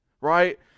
right